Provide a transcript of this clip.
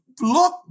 look